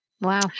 Wow